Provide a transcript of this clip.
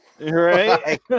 Right